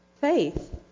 Faith